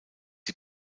sie